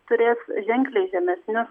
turės ženkliai žemesnius